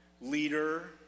leader